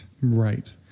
Right